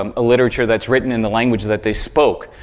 um a literature that's written in the language that they spoke,